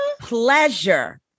Pleasure